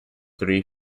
three